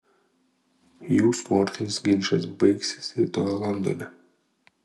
jų sportinis ginčas baigsis rytoj londone